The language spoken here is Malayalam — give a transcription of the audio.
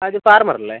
ആ ഇത് ഫാർമർ അല്ലേ